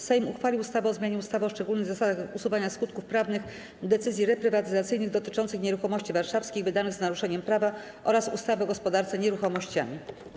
Sejm uchwalił ustawę o zmianie ustawy o szczególnych zasadach usuwania skutków prawnych decyzji reprywatyzacyjnych dotyczących nieruchomości warszawskich, wydanych z naruszeniem prawa oraz ustawy o gospodarce nieruchomościami.